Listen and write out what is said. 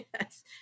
Yes